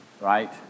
right